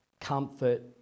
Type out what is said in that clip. comfort